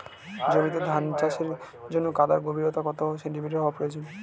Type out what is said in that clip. জমিতে ধান চাষের জন্য কাদার গভীরতা কত সেন্টিমিটার হওয়া প্রয়োজন?